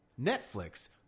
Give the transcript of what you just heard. Netflix